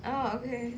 oh okay